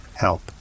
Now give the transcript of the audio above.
Help